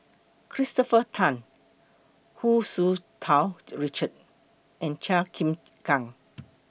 Christopher Tan Hu Tsu Tau Richard and Chua Chim Kang